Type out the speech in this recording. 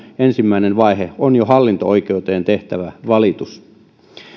ensimmäinen vaihe on jo hallinto oikeuteen tehtävä valitus